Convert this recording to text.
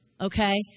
okay